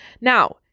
Now